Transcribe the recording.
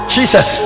Jesus